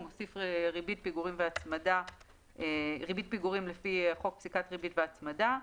הוא מוסיף ריבית פיגורים לפי חוק פסיקת ריבית והצמדה.